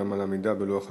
גם על עמידה בלוח הזמנים.